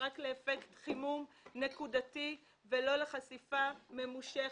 רק לאפקט חימום נקודתי ולא לחשיפה ממושכת,